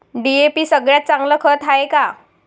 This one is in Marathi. डी.ए.पी सगळ्यात चांगलं खत हाये का?